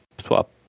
swap